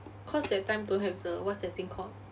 cause that time don't have the what's that thing called